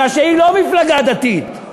מפני שהיא לא מפלגה דתית.